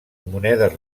monedes